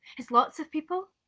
it's lots of people.